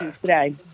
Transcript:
today